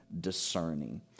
discerning